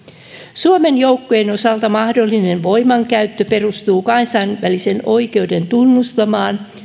suomen joukkojen osalta mahdollinen voimankäyttö perustuu kansainvälisen oikeuden tunnustamaan